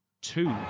two